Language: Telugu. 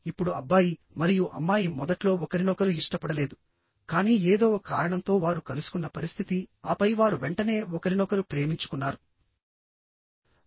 ఇప్పుడు అబ్బాయి మరియు అమ్మాయి మొదట్లో ఒకరినొకరు ఇష్టపడలేదు కాని ఏదో ఒక కారణం తో వారు కలుసుకున్న పరిస్థితి ఆపై వారు వెంటనే ఒకరినొకరు ప్రేమించుకున్నారు